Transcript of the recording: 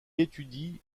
étudie